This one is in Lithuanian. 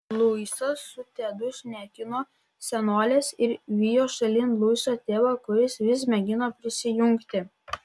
luisas su tedu šnekino senoles ir vijo šalin luiso tėvą kuris vis mėgino prisijungti